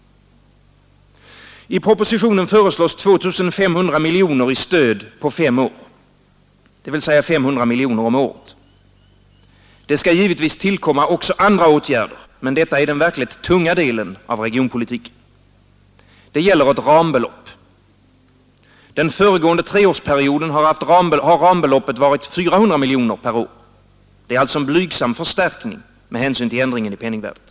I propositionen föreslås 2 500 miljoner i stöd på fem år, dvs. 500 miljoner om året. Det skall givetvis tillkomma också andra åtgärder, men detta är den verkligt tunga delen av regionpolitiken. Det gäller ett rambelopp. Under den föregående treårsperioden har rambeloppet varit 400 miljoner per år. Det är alltså en blygsam förstärkning med hänsyn till ändringen i penningvärdet.